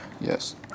Yes